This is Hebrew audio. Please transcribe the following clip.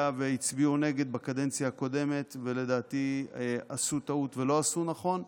והצביעו נגד בקדנציה הקודמת ולדעתי עשו טעות ולא עשו נכון,